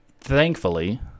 thankfully